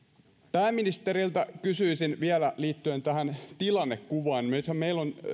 pääministeriltä kysyisin vielä liittyen tähän tilannekuvaan nythän meillä on